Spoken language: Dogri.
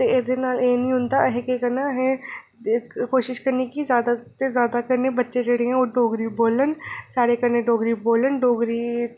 ते नाल एह् निं होंदा असें केह् करना कि असें कोशिश करनी कि जैदा कोला जैदा जेह्ड़े बच्चे न ओह् डोगरी बोलन साढ़े कन्नै डोगरी बोलन डोगरी